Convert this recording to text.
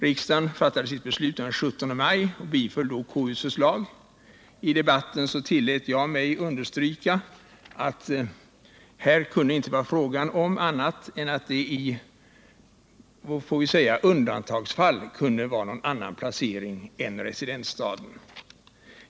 Riksdagen fattade sitt beslut den 17 maj och biföll då konstitutionsutskottets förslag. I debatten tillät jag mig understryka att det här inte annat än i undantagsfall kunde bli fråga om någon annan placering än i residensstaden.